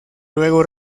luego